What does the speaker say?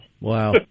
Wow